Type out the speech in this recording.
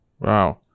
Wow